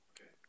Okay